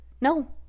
No